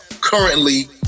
currently